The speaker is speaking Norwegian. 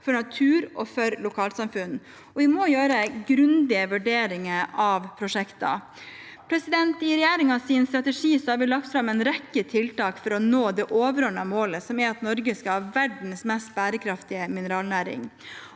for natur og for lokalsamfunn, og vi må gjøre grundige vurderinger av prosjekter. I regjeringens strategi har vi lagt fram en rekke tiltak for å nå det overordnede målet, som er at Norge skal ha verdens mest bærekraftige mineralnæring.